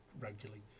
regularly